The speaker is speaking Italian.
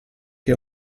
che